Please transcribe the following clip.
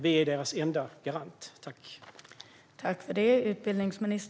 Vi är deras enda garant.